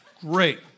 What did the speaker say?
great